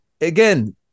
again